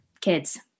kids